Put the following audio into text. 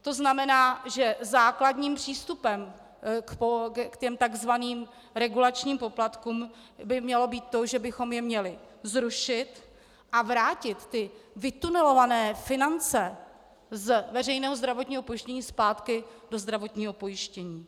To znamená, že základním přístupem k těm tzv. regulačním poplatkům by mělo být to, že bychom je měli zrušit a vrátit ty vytunelované finance z veřejného zdravotního pojištění zpátky do zdravotního pojištění.